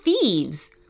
thieves